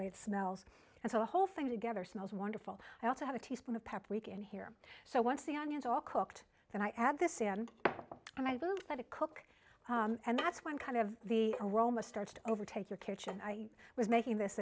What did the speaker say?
way it smells and so the whole thing together smells wonderful i also have a teaspoon of pep weekend here so once the onions all cooked then i add the sand and i both let it cook and that's when kind of the aroma starts to overtake your kitchen i was making this